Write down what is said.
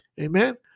Amen